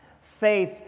Faith